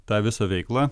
tą visą veiklą